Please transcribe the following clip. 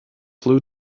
flew